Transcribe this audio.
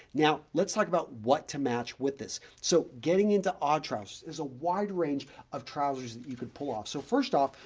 now, let's talk like about what to match with this. so, getting into odd trousers, there's a wide range of trousers that you can pull off. so first off,